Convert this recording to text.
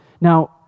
Now